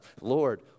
Lord